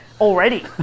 already